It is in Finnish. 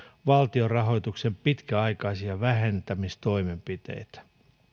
valtion rahoituksen pitkäaikaisia vähentämistoimenpiteitä